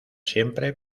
siempre